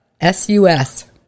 S-U-S